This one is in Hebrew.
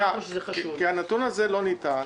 הנתון הזה לא ניתן,